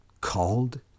called